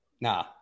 nah